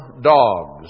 dogs